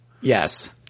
Yes